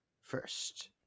first